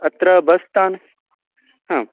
अत्र बस्स्थानम्